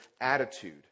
attitude